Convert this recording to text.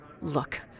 Look